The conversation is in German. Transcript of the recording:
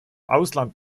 ausland